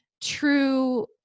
true